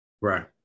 Right